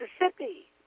Mississippi